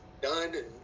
done